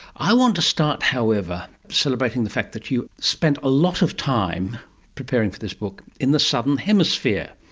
i want to start, however, celebrating the fact that you spent a lot of time preparing for this book in the southern hemisphere.